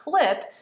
clip